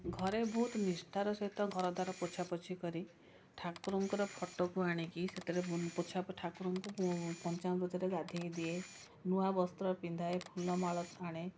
ଘରେ ବହୁତ ନିଷ୍ଠାର ସହିତ ଘରଦ୍ୱାରା ପୋଛାପୋଛି କରି ଠାକୁରଙ୍କର ଫୋଟକୁ ଆଣିକି ସେଥିରେ ଠାକୁରଙ୍କୁ ପଞ୍ଚାମୃତରେ ଗାଧୋଇଦିଏ ନୂଆ ବସ୍ତ୍ର ପିନ୍ଧାଏ ଫୁଲମାଳ ଆଣେ